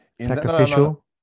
sacrificial